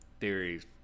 theories